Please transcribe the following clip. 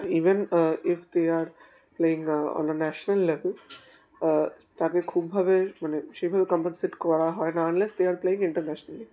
even if they are playing on a national level তাকে খুবভাবে মানে সেইভাবে কম্পেনসেট করা হয় না unless they are playing internationally